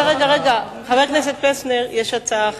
חבר הכנסת פלסנר, יש הצעה אחרת.